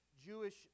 Jewish